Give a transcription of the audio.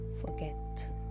forget